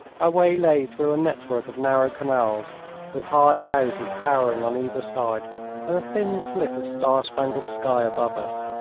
our way lay through a network of narrow canals with high houses towering on either side and a thin slit of star-spangled sky above us.